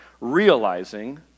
realizing